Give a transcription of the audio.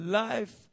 life